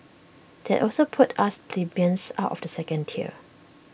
that also puts us plebeians out of the second tier